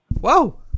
Whoa